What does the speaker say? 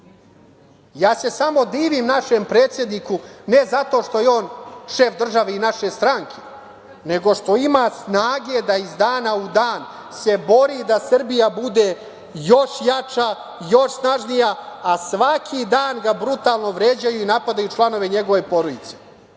se samo divim našem predsedniku, ne zato što je on šef države i naše stranke, nego što ima snage da iz dana u dan se bori da Srbija bude još jača, još snažnija, a svaki dan ga brutalno vređaju i napadaju članove njegove porodice,